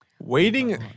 Waiting